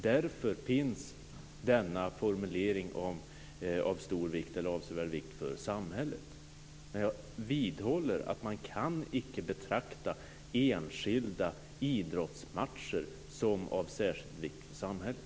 Därför finns formuleringen avsevärd vikt för samhället. Men jag vidhåller att man icke kan betrakta enskilda idrottsmatcher som av särskild vikt för samhället.